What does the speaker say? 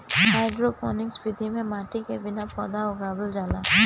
hydroponics विधि में माटी के बिना पौधा उगावल जाला